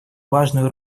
важную